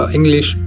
English